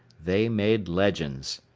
they made legends.